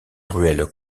ruelles